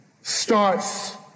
starts